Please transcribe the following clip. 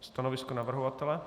Stanovisko navrhovatele?